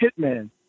Hitman